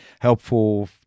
helpful